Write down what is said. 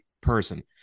person